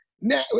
Now